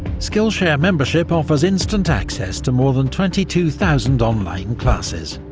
skillshare membership offers instant access to more than twenty two thousand online classes,